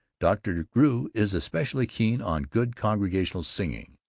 dr. drew is especially keen on good congregational singing.